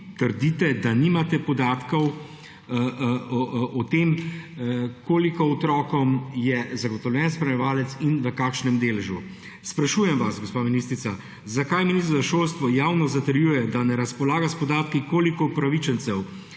trdite, da nimate podatkov o tem, koliko otrokom je zagotovljen spremljevalec in v kakšnem deležu. Sprašujem vas, gospa ministrica: Zakaj ministrstvo za šolstvo javno zatrjuje, da ne razpolaga s podatki, koliko upravičencem